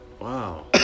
Wow